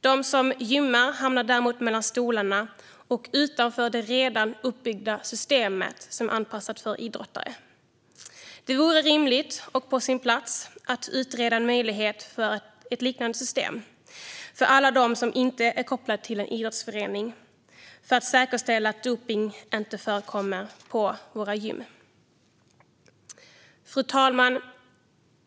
De som gymmar hamnar däremot mellan stolarna och utanför det redan uppbyggda systemet, som är anpassat för idrottare. Det vore rimligt och på sin plats att utreda möjligheten till ett liknande system för alla dem som inte är kopplade till en idrottsförening, för att säkerställa att dopning inte förekommer på våra gym. Fru talman!